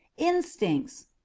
instincts.